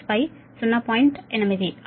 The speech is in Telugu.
8 అప్పుడుsin 0